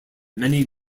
many